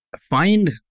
find